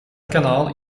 kanaal